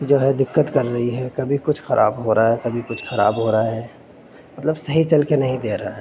جو ہے دقت کر رہی ہے کبھی کچھ خراب ہو رہا ہے کبھی کچھ خراب ہو رہا ہے مطلب صحیح چل کے نہیں دے رہا ہے